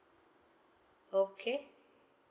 okay